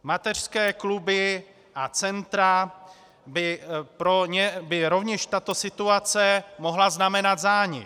Mateřské kluby a centra, pro ně by rovněž tato situace mohla znamenat zánik.